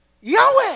Yahweh